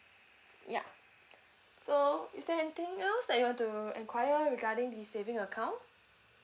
ya so is there anything else that you want to enquire regarding the saving account